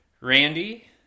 Randy